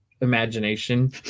imagination